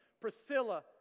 Priscilla